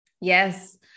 Yes